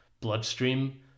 bloodstream